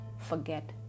forget